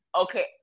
okay